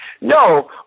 no